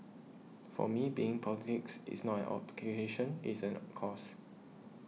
for me being in politics is not an it's an cause